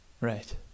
Right